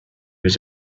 was